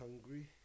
hungry